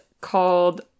called